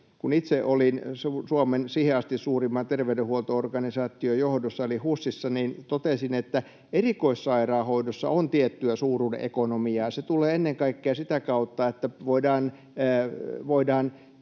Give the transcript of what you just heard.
Kun itse olin Suomen siihen asti suurimman terveydenhuolto-organisaation johdossa eli HUSissa, niin totesin, että erikoissairaanhoidossa on tiettyä suuruuden ekonomiaa, ja se tulee ennen kaikkea sitä kautta, että voidaan